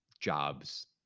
jobs